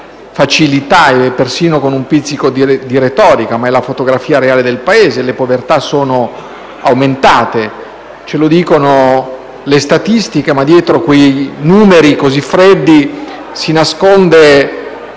facilità e persino con un pizzico di retorica, ma è la fotografia reale del Paese. Ce lo dicono le statistiche ma dietro quei numeri, così freddi, si nasconde